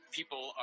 People